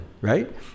right